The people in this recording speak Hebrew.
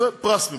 זה פרס מבחינתי,